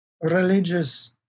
religious